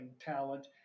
talent